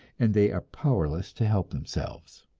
and they are powerless to help themselves.